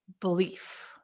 belief